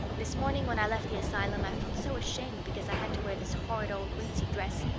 this morning when i left the asylum i felt so ashamed because i had to wear this horrid old wincey dress.